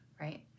right